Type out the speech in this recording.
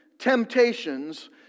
Temptations